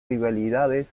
rivalidades